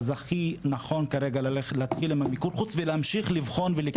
הכי נכון כרגע להתחיל עם המיקור חוץ ולהמשיך לבחון ולקדם את האופציות.